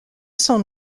son